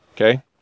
okay